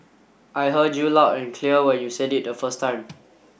I heard you loud and clear when you said it the first time